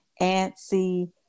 antsy